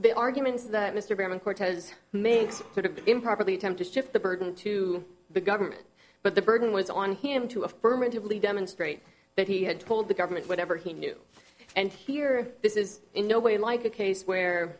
the arguments that mr graham cortez makes would have been improperly attempt to shift the burden to the government but the burden was on him to affirmatively demonstrate that he had told the government whatever he knew and here this is in no way like a case where